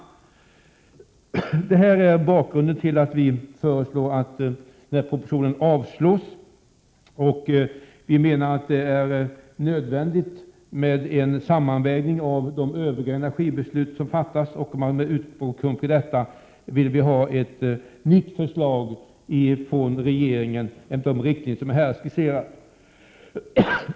Det jag nu har anfört är bakgrunden till att vi föreslår att propositionen avslås. Vi menar att det är nödvändigt med en sammanvägning av de övriga energibeslut som fattas. Med utgångspunkt i detta vill vi ha ett nytt förslag från regeringen enligt de riktlinjer jag här har skisserat.